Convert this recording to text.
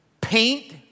paint